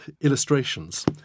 illustrations